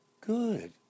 Good